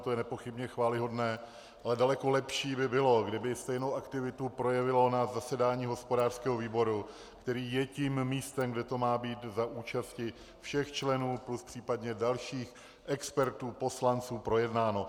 To je nepochybně chvályhodné, ale daleko lepší by bylo, kdyby stejnou aktivitu projevilo na zasedání hospodářského výboru, který je tím místem, kde to má být za účasti všech členů, případně dalších expertů, poslanců projednáno.